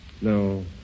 No